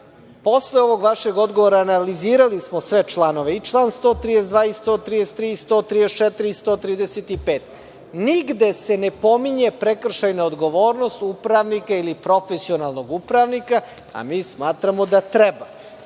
tačno. Posle ovog vašeg odgovora analizirali smo sve članove, i član 132, 133, 134. i 135, nigde se ne pominje prekršajna odgovornost upravnika ili profesionalnog upravnika, a mi smatramo da treba.